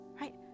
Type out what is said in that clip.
right